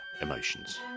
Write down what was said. emotions